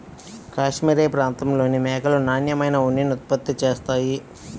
cashmere ప్రాంతంలోని మేకలు నాణ్యమైన ఉన్నిని ఉత్పత్తి చేస్తాయి